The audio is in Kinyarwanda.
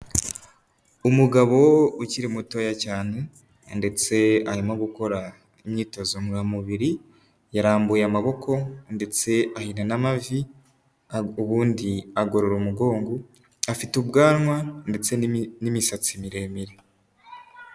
Umugabo ukiri mutoya cyane ndetse arimo gukora imyitozo ngororamubiri, yarambuye amaboko ndetse ahina n'amavi ubundi agorora umugongo, afite ubwanwa ndetse n'imisatsi miremire.